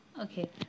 Okay